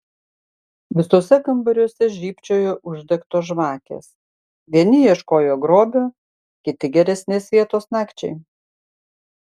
visuose kambariuose žybčiojo uždegtos žvakės vieni ieškojo grobio kiti geresnės vietos nakčiai